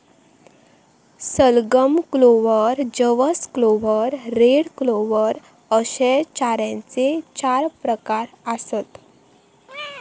सलगम, क्लोव्हर, जवस clover, red clover अश्ये चाऱ्याचे चार प्रकार आसत